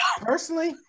personally